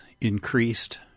increased